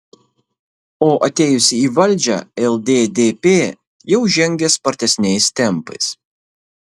o atėjusi į valdžią lddp jau žengė spartesniais tempais